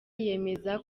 yemeza